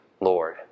Lord